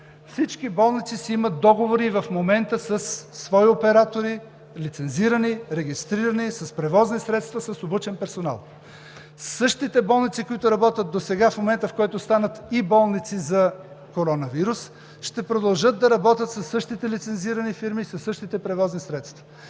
Всички болници в момента имат договори със свои оператори – лицензирани, регистрирани с превозни средства, с обучен персонал. Същите болници в момента, в който станат и болници за коронавирус, ще продължат да работят със същите лицензирани фирми, със същите превозни средства.